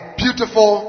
beautiful